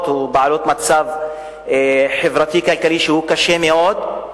או משפחות במצב חברתי-כלכלי קשה מאוד.